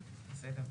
בסדר,